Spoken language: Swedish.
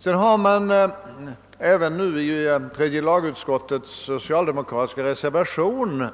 I tredje lagutskottets socialdemokratiska reservation har